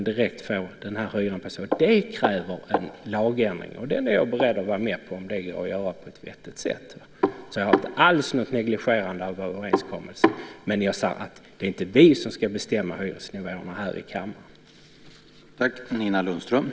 Det kräver en lagändring, och den är jag beredd att vara med på om det går att genomföra på ett vettigt sätt. Jag negligerar inte alls överenskommelsen, men det är inte vi här i kammaren som ska bestämma om hyresnivåerna.